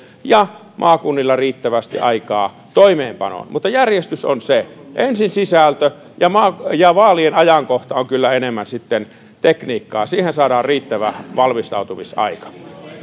ja maakunnilla riittävästi aikaa toimeenpanoon mutta järjestys on se ensin sisältö ja vaalien ajankohta on kyllä enemmän sitten tekniikkaa siihen saadaan riittävä valmistautumisaika